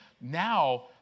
now